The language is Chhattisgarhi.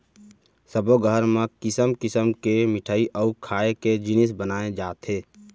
सब्बो घर म किसम किसम के मिठई अउ खाए के जिनिस बनाए जाथे